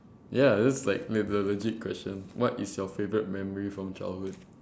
ya that's like like the legit question what is your favourite memory from childhood